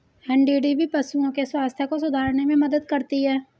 NDDB पशुओं के स्वास्थ्य को सुधारने में मदद करती है